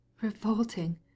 revolting